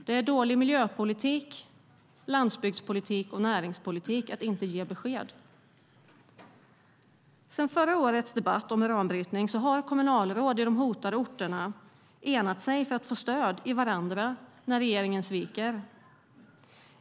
Det är dålig miljöpolitik, landsbygdspolitik och näringspolitik att inte ge besked. Sedan förra årets debatt om uranbrytning har kommunalråd på de hotade orterna enat sig för att få stöd av varandra när regeringen sviker.